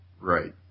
Right